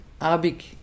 Arabic